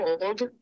old